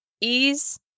ease